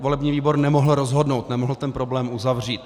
Volební výbor nemohl rozhodnout, nemohl ten problém uzavřít.